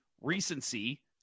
recency